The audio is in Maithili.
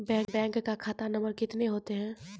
बैंक का खाता नम्बर कितने होते हैं?